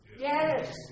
Yes